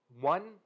One